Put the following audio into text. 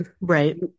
Right